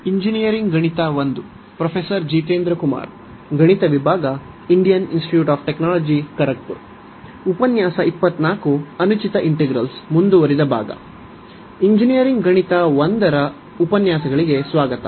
engineering ಗಣಿತ 1 ರ ಉಪನ್ಯಾಸಗಳಿಗೆ ಸ್ವಾಗತ